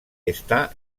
está